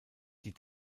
die